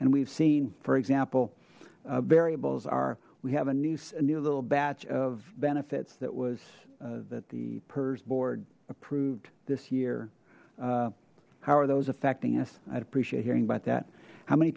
and we've seen for example variables are we have a nice new little batch of benefits that was that the pers board approved this year how are those affecting us i'd appreciate hearing about that how many